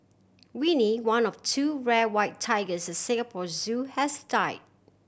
Winnie one of two rare white tigers at Singapore Zoo has died